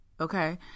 Okay